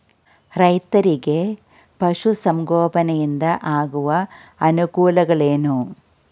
ರೈತರಿಗೆ ಪಶು ಸಂಗೋಪನೆಯಿಂದ ಆಗುವ ಅನುಕೂಲಗಳೇನು?